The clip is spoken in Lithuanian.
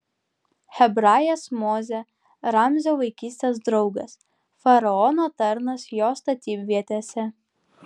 hebrajas mozė ramzio vaikystės draugas faraono tarnas jo statybvietėse